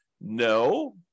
No